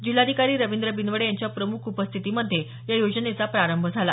जिल्हाधिकारी रवींद्र बिनवडे यांच्या प्रमुख उपस्थितीमध्ये या योजनेचा प्रारंभ झाला